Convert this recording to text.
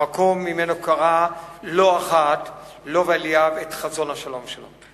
במקום שממנו קרא לא אחת לובה אליאב את חזון השלום שלו,